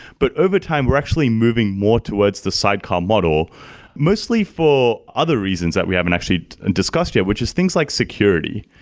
but overtime, we're actually moving more towards the side car model mostly for other reasons that we haven't actually and discussed yet, which is things like security.